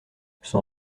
son